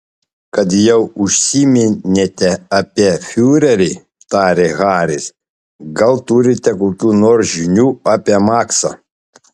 kad jau užsiminėte apie fiurerį tarė haris gal turite kokių nors žinių apie maksą